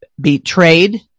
betrayed